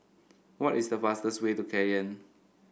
what is the fastest way to Cayenne